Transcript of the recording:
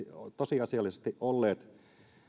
tosiasiallisesti olleet